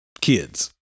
kids